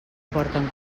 porten